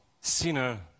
sinner